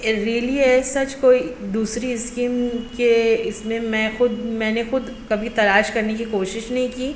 really is such کوئی دوسری scheme کہ اس میں خود میں نے خود کبھی تلاش کرنے کی کوشش نہیں کی